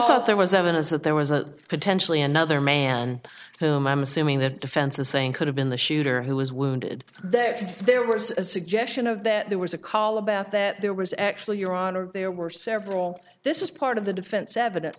that there was evidence that there was a potentially another man whom i'm assuming that defense is saying could have been the shooter who was wounded that there was a suggestion of that there was a call about that there was actually your honor there were several this is part of the defense evidence